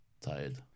Tired